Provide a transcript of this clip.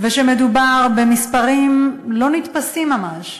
ושמדובר במספרים לא נתפסים ממש.